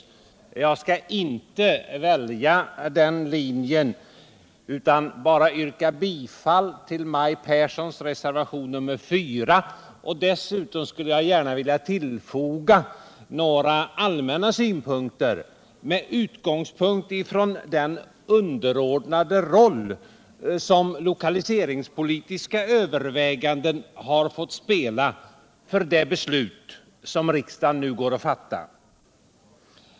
Men jag skall inte välja den linjen, utan vill bara yrka bifall till reservationen 4 av Maj Pehrsson och dessutom tillfoga några allmänna synpunkter med utgångspunkt i den underordnade roll som lokaliseringspolitiska överväganden har fått spela för det beslut som riksdagen nu går att fatta.